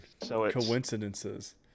coincidences